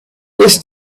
this